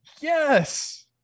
Yes